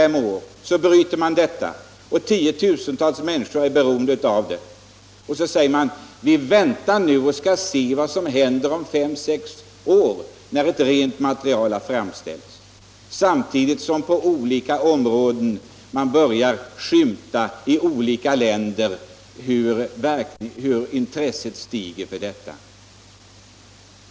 Man säger till dessa människor att vi skall vänta och se vad som händer på det här området om 5-6 år, när ett rent material har framställts. Detta sker samtidigt som man kan iaktta att intresset för preparatet växer i olika länder.